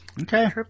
Okay